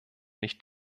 nicht